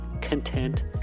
content